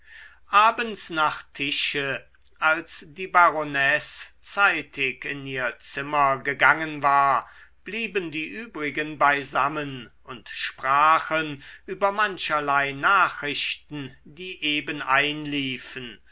abends nach tische als die baronesse zeitig in ihr zimmer gegangen war blieben die übrigen beisammen und sprachen über mancherlei nachrichten die eben einliefen